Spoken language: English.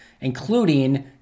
including